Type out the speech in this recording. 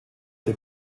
der